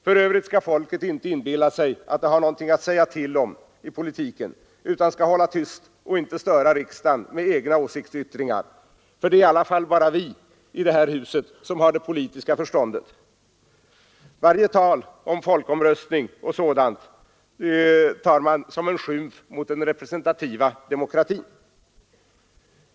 För övrigt skall folket inte inbilla sig att det har någonting att säga till om i politiken, utan det skall hålla sig tyst och inte störa riksdagen med egna åsiktsyttringar; det är i alla fall bara vi i det här huset som har det politiska förståndet. Varje tal om folkomröstning och sådant tar man som en skymf mot den representativa demokratin.